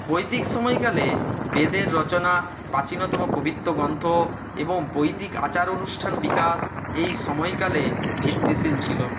বৈদিক সময়কালে বেদের রচনা প্রাচীনতম পবিত্র গ্রন্থ এবং বৈদিক আচার অনুষ্ঠান বিকাশ এই সময়কালে ভিত্তিশীল ছিলো